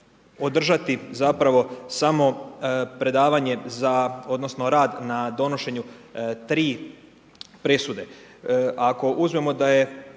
održati zapravo samo predavanje za, odnosno rad na donošenju tri presude. Ako uzmemo da je